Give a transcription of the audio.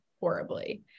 horribly